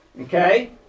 Okay